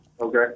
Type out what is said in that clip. Okay